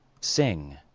Sing